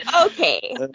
Okay